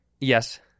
Yes